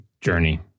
Journey